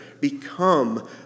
become